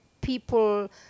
people